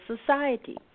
Society